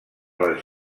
les